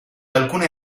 alcune